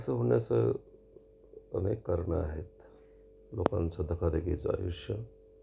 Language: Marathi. तसं होण्यास अनेक कारणं आहेत लोकांचं धकाधकीचं आयुष्य